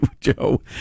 Joe